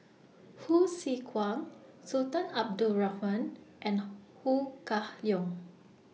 Hsu Tse Kwang Sultan Abdul Rahman and Ho Kah Leong